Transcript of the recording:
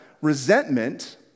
resentment